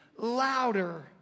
louder